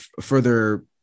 further